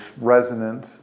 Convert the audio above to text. resonant